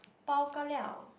bao ka liao